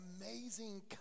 amazing